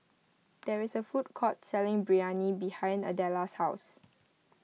there is a food court selling Biryani behind Adella's house